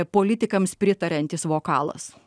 politikams pritariantis vokalas